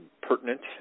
Pertinent